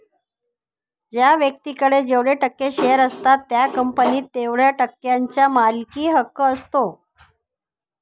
ज्या व्यक्तीकडे जेवढे टक्के शेअर असतात त्याचा कंपनीत तेवढया टक्क्यांचा मालकी हक्क असतो